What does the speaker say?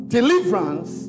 Deliverance